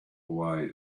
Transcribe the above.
away